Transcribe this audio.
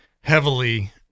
heavily